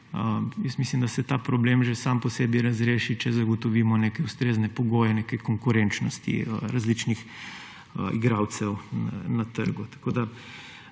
mislim, da se ta problem že sam po sebi razreši, če zagotovimo neke ustrezne pogoje neke konkurenčnosti različnih igralcev na trgu.